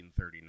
1939